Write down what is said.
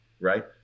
right